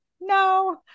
No